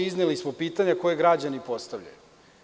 Izneli smo pitanja koja građani postavljaju.